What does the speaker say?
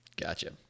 Gotcha